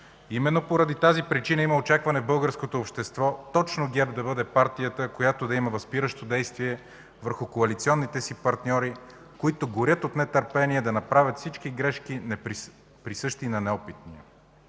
Именно поради тази причина има очакване от българското общество точно ГЕРБ да бъде партията, която да има възпиращо действие върху коалиционните си партньори, които горят от нетърпение да направят всички грешки, присъщи на неопитния.